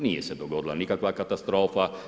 Nije se dogodila nikakva katastrofa.